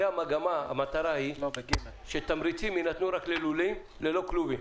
המטרה היא הרי שהתמריצים יינתנו רק ללולים ללא כלובים